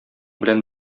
белән